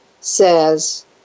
says